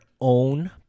own